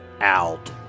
out